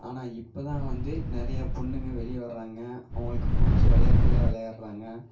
ஆனால் இப்போ தான் வந்து நிறையா பொண்ணுங்க வெளியே வர்றாங்க அவங்களுக்கு பிடிச்ச விளையாட்டெல்லாம் விளையாட்றாங்க